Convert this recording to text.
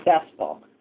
successful